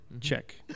Check